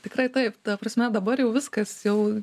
tikrai taip ta prasme dabar jau viskas jau